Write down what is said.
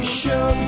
show